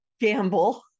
Gamble